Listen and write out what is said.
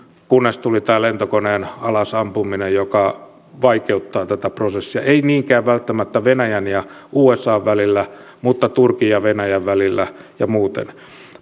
kunnes tuli tämä lentokoneen alas ampuminen joka vaikeuttaa tätä prosessia ei niinkään välttämättä venäjän ja usan välillä mutta turkin ja venäjän välillä ja muuten